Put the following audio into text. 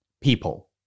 people